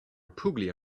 puglia